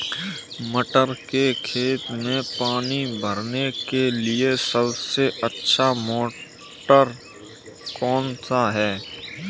मटर के खेत में पानी भरने के लिए सबसे अच्छा मोटर कौन सा है?